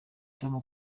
tom